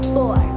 Four